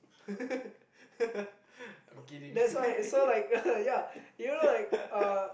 I'm kidding